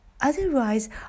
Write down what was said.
otherwise